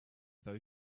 those